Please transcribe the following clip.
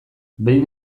behin